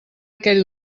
aquell